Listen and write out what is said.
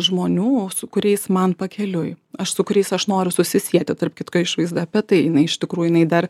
žmonių su kuriais man pakeliui aš su kuriais aš noriu susisiekti tarp kitko išvaizda apie tai jinai iš tikrųjų jinai dar